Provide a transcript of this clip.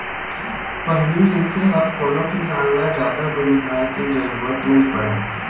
पहिली जइसे अब कोनो किसान ल जादा बनिहार के जरुरत नइ पड़य